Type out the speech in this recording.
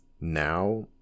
now